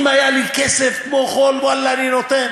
אם היה לי כסף כמו חול, ואללה, אני נותן.